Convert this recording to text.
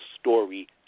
story